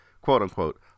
quote-unquote